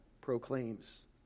proclaims